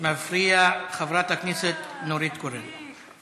צו שימוש מפריע ובג"ץ משק אחיה, הצעות